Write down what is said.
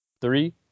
three